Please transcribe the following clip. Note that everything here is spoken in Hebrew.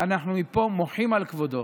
מפה אנחנו מוחים על כבודו,